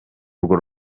urwo